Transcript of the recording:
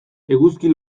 eguzki